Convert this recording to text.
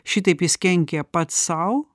šitaip jis kenkia pats sau